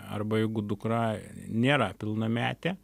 arba jeigu dukra nėra pilnametė